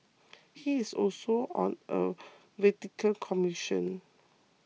he is also on a Vatican commission